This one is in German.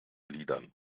liedern